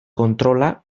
kontrola